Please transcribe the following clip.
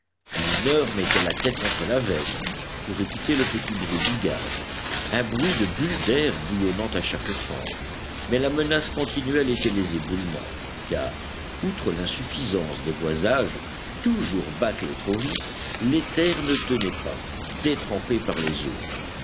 un mineur mettait la tête contre la veine pour écouter le petit bruit du gaz un bruit de bulles d'air bouillonnant à chaque fente mais la menace continuelle étaient les éboulements car outre l'insuffisance des boisages toujours bâclés trop vite les terres ne tenaient pas détrempées par les eaux